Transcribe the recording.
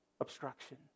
obstruction